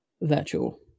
virtual